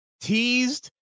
teased